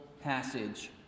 passage